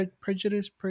Prejudice